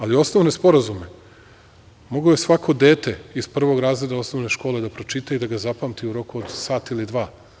Ali, osnovne sporazume moglo je svako dete iz prvog razreda osnovne škole da pročita i da ga zapamti u roku od sat ili dva.